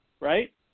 right